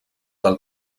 del